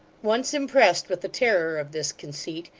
once impressed with the terror of this conceit,